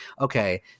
Okay